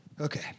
Okay